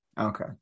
okay